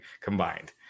combined